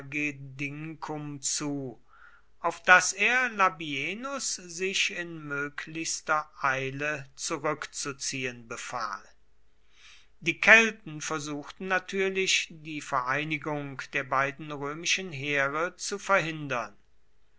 agedincum zu auf das er labienus sich in möglichster eile zurückzuziehen befahl die kelten versuchten natürlich die vereinigung der beiden römischen heere zu verhindern